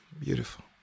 Beautiful